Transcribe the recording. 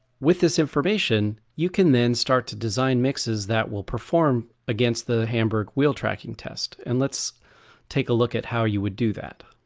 with this information, you can then start to design mixes that will perform against the hamburg wheel tracking test and let's take a look at how you would do that.